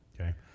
Okay